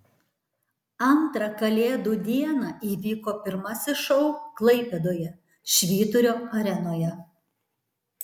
antrą kalėdų dieną įvyko pirmasis šou klaipėdoje švyturio arenoje